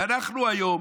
ואנחנו היום